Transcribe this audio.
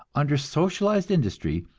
under socialized industry,